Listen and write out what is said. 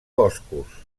boscos